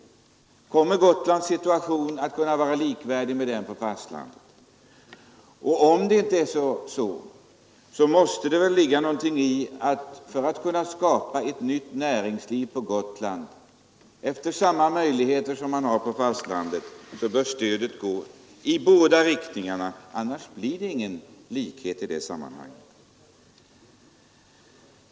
Kommer Gotlands situation att vara likvärdig med situationen på fastlandet? Om det inte är så måste det väl ligga någonting i tanken att för att kunna skapa ett nytt näringsliv på Gotland med samma möjligheter som näringslivet på fastlandet har skall stödet gå i båda riktningarna, annars blir det ingen likställighet i det sammanhanget.